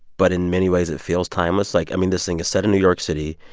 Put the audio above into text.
but in many ways, it feels timeless. like, i mean, this thing is set in new york city,